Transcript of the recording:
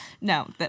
No